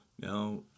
now